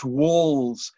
walls